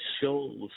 shows